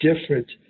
different